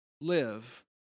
live